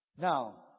Now